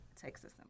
Texas